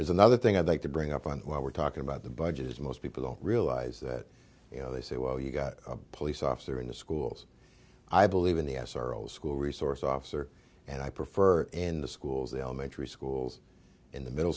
there's another thing i'd like to bring up on while we're talking about the budget as most people realize that you know they say well you've got a police officer in the schools i believe in the us our old school resource officer and i prefer in the schools the elementary schools in the middle